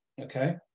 Okay